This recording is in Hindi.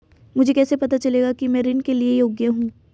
मुझे कैसे पता चलेगा कि मैं ऋण के लिए योग्य हूँ?